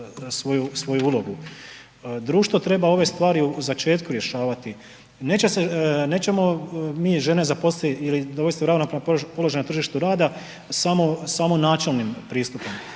Društvo treba ove stvari u začetku rješavati, neće se, nećemo mi žene zaposlit ili dovesti u ravnopravan položaj na tržištu rada samo, samo načelnim pristupom,